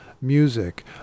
music